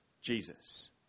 Jesus